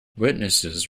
witnesses